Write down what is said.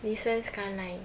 nissan skyline